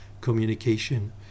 communication